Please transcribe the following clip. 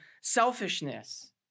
selfishness